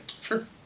sure